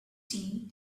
tea